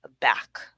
back